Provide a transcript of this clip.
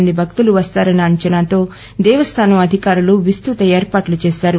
మంది భక్తు వస్తారని అంచనాతో దేవస్థానం అధికారులు విస్తుత ఏర్పాట్లను చేశారు